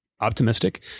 optimistic